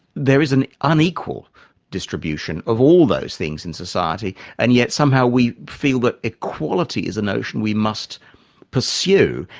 there is an unequal distribution of all those things in society and yet somehow we feel that equality is a notion we must pursue.